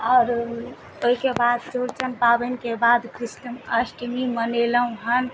आओर ओहिके बाद चौरचन पाबनिके बाद कृष्ण अष्टमी मनेलहुॅं हन